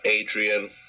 Adrian